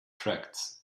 tracts